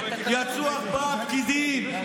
יצאו ארבעה פקידים.